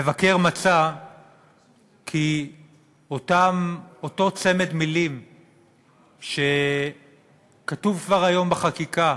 המבקר מצא כי אותו צמד מילים שכתוב כבר היום בחקיקה,